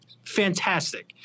Fantastic